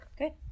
Okay